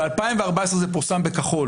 ב-2014 זה פורסם בכחול